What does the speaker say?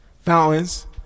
Fountains